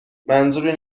منظوری